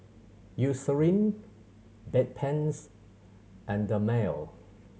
Eucerin Bedpans and Dermale